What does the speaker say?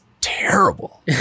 terrible